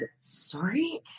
sorry